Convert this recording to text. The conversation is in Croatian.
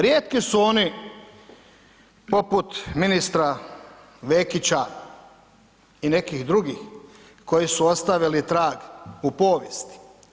Rijetki su oni poput ministra Vekića i nekih drugih, koji su ostavili trag u povijesti.